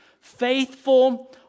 faithful